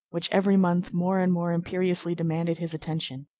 which every month more and more imperiously demanded his attention.